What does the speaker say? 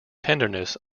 tenderness